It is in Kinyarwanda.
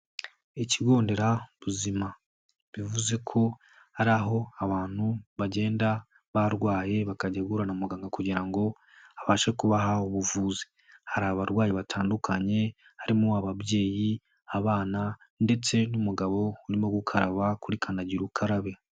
Ikigo nderabuzima, bivuze ko hari aho abantu bagenda barwaye, bakajya guhura na muganga kugira ngo abashe kubaha ubuvuzi, hari abarwayi batandukanye, harimo ababyeyi, abana ndetse n'umugabo urimo gukaraba kuri kandagirukarabe.